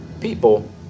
people